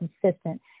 consistent